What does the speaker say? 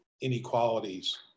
inequalities